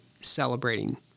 celebrating